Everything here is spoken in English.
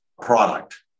product